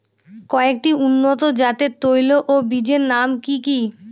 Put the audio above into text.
কয়েকটি উন্নত জাতের তৈল ও বীজের নাম কি কি?